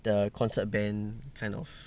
the concert band kind of